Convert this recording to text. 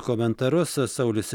komentarus saulius